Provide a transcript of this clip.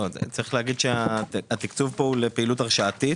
צריך להגיד שהתקצוב פה הוא לפעילות הרשאתית.